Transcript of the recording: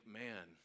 man